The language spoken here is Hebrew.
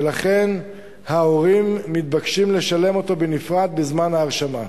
ולכן ההורים מתבקשים לשלם זאת בנפרד בזמן ההרשמה.